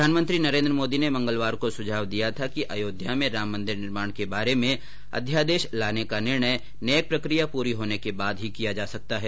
प्रधानमंत्री नरेन्द्र मोदी ने मंगलवार को सुझाव दिया था कि अयोध्या में राम मंदिर निर्माण के बारे में अध्यादेश लाने का निर्णय न्यायिक प्रकिया पुरी होने के बाद ही किया जा सकता है